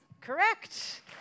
Correct